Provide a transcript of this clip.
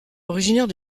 originaire